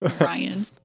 Ryan